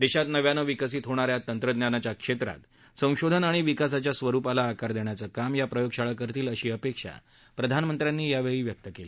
देशात नव्यानं विकसित होणाऱ्या तंत्रज्ञानाच्या क्षेत्रात संशोधन आणि विकासाच्या स्वरुपाला आकार देण्याचं काम या प्रयोगशाळा करतील अशी अपेक्षा प्रधानमंत्र्यांनी यावेळी व्यक्त केली